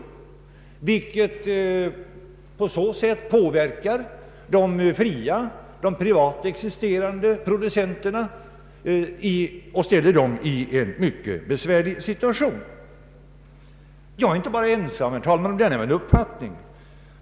Detta påverkar de fria, privata producenterna och ställer dem i en besvärlig situation. Jag är inte ensam, herr talman, om denna min uppfattning.